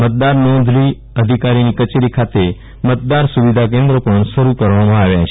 મતદાર નોંધણી અધિકારીની કચેરી ખાતે મતદાર સુવ્બીધા કેન્દ્ર શરૂ કરવામાં આવ્યા છે